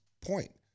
point